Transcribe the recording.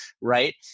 right